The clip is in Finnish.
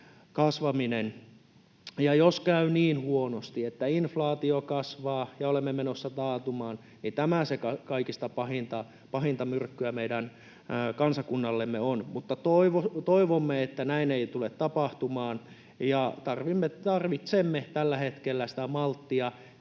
kasvaminen, ja jos käy niin huonosti, että inflaatio kasvaa ja olemme menossa taantumaan, niin tämä se kaikista pahinta myrkkyä meidän kansakunnallemme on. Mutta toivomme, että näin ei tule tapahtumaan, ja tarvitsemme tällä hetkellä sitä malttia